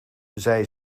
zij